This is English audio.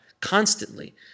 constantly